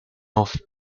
off